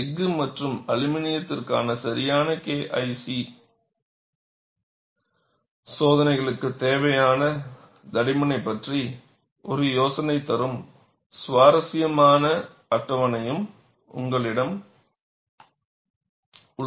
எஃகு மற்றும் அலுமினியத்திற்கான சரியான KIC சோதனைகளுக்குத் தேவையான தடிமனை பற்றி ஒரு யோசனையைத் தரும் ஒரு சுவாரஸ்யமான அட்டவணையும் உங்களிடம் உள்ளது